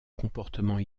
comportement